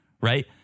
Right